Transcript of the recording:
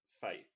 faith